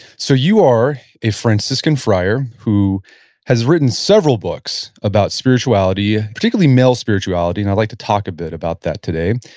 so you are a franciscan friar who has written several books about spirituality, particularly male spirituality, and i'd like to talk a bit about that today.